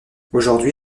aujourd’hui